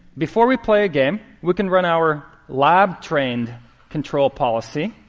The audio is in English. before we play a game, we can run our lab-trained control policy.